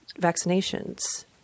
vaccinations